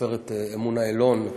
הסופרת אמונה אלון,